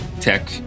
tech